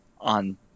on